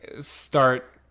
start